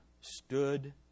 stood